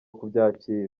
kubyakira